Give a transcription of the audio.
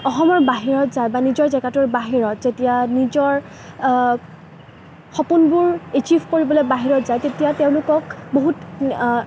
অসমৰ বাহিৰত যায় বা নিজৰ জেগাটোৰ বাহিৰত যেতিয়া নিজৰ সপোনবোৰ এছিফ কৰিবলৈ বাহিৰত যায় তেতিয়া তেওঁলোকক বহুত